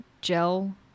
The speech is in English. gel